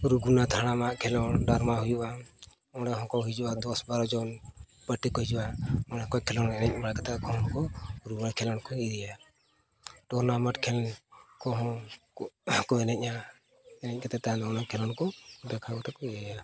ᱨᱚᱜᱷᱩᱱᱟᱛᱷ ᱦᱟᱲᱟᱢᱟᱜ ᱠᱷᱮᱞᱳᱰ ᱰᱟᱨᱢᱟ ᱦᱩᱭᱩᱜᱼᱟ ᱚᱸᱰᱮ ᱦᱚᱸ ᱠᱚ ᱦᱤᱡᱩᱜᱼᱟ ᱫᱚᱥ ᱵᱟᱨᱳ ᱡᱚᱱ ᱯᱟᱹᱴᱤ ᱠᱚ ᱦᱤᱡᱩᱜᱼᱟ ᱚᱸᱰᱮ ᱠᱚ ᱠᱷᱮᱞᱳᱰ ᱮᱱᱮᱡ ᱵᱟᱲᱟ ᱠᱟᱛᱮᱫ ᱟᱠᱚ ᱦᱚᱸ ᱠᱚ ᱨᱩᱣᱟᱹᱲ ᱠᱷᱮᱞᱳᱰ ᱠᱚ ᱤᱫᱤᱭᱟ ᱴᱩᱨᱱᱟᱢᱮᱱᱴ ᱠᱷᱮᱞ ᱠᱚ ᱦᱚᱸ ᱠᱚ ᱮᱱᱮᱡᱼᱟ ᱮᱱᱮᱡ ᱠᱟᱛᱮᱫ ᱛᱟᱭᱚᱢ ᱫᱚ ᱚᱱᱟ ᱠᱷᱮᱞᱳᱰ ᱠᱚ ᱫᱮᱠᱷᱟᱣ ᱠᱟᱛᱮᱫ ᱠᱚ ᱤᱭᱟᱹᱭᱟ